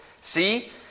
See